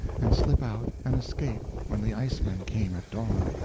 and slip out and escape when the iceman came at dawn,